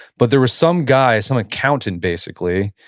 but there was some guy, some account, and basically,